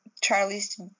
Charlie's